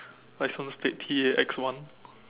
mine only state T A X one